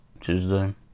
Tuesday